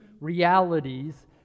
realities